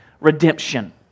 redemption